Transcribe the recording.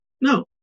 No